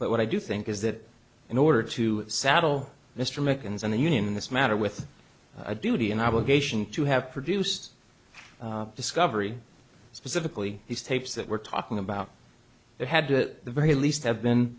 but what i do think is that in order to saddle mr americans and the union in this matter with a duty an obligation to have produced discovery specifically these tapes that we're talking about they had to the very least have been